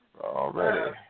already